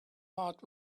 heart